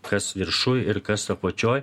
kas viršuj ir kas apačioj